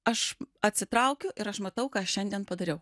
aš atsitraukiu ir aš matau ką aš šiandien padariau